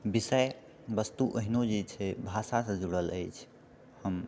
विषयवस्तु अहिनो जे छै भाषासँ जुड़ल अछि हम